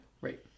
Right